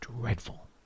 dreadful